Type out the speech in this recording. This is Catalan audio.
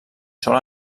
sol